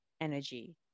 energy